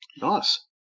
Nice